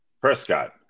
Prescott